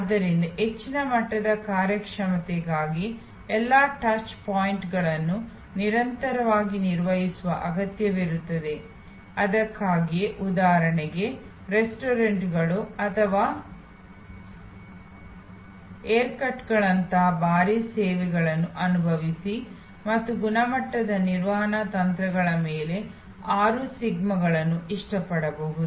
ಆದ್ದರಿಂದ ಹೆಚ್ಚಿನ ಮಟ್ಟದ ಕಾರ್ಯಕ್ಷಮತೆಗಾಗಿ ಎಲ್ಲಾ ಟಚ್ ಪಾಯಿಂಟ್ಗಳನ್ನು ನಿರಂತರವಾಗಿ ನಿರ್ವಹಿಸುವ ಅಗತ್ಯವಿರುತ್ತದೆ ಅದಕ್ಕಾಗಿಯೇ ಉದಾಹರಣೆಗೆ ರೆಸ್ಟೋರೆಂಟ್ಗಳು ಅಥವಾ ಹೇರ್ಕಟ್ಗಳಂತಹ ಭಾರೀ ಸೇವೆಗಳನ್ನು ಅನುಭವಿಸಿ ಮತ್ತು ಗುಣಮಟ್ಟದ ನಿರ್ವಹಣಾ ತಂತ್ರಗಳ ಮೇಲೆ ಆರು ಸಿಗ್ಮಾಗಳನ್ನು ಇಷ್ಟಪಡಬಹುದು